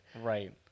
Right